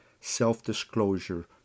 self-disclosure